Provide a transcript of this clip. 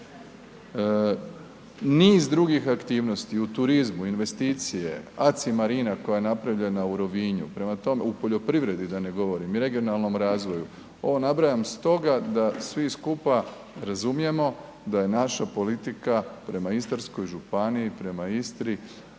niz drugih aktivnosti u turizmu, investicije ACI Marina koja je napravljena u Rovinju, prema tome, u poljoprivredi da ne govorim, regionalnom razvoju, ovo nabrajam stoga da svi skupa razumijemo da je naša politika prema Istarskoj županiji, prema Istri,